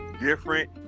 different